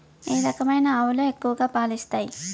ఏ రకమైన ఆవులు ఎక్కువగా పాలు ఇస్తాయి?